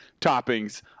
toppings